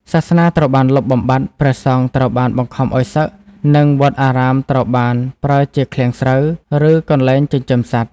សាសនាត្រូវបានលុបបំបាត់ ព្រះសង្ឃត្រូវបានបង្ខំឱ្យសឹក និងវត្តអារាមត្រូវបានប្រើជាឃ្លាំងស្រូវ ឬកន្លែងចិញ្ចឹមសត្វ។